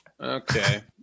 Okay